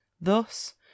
thus